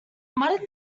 modern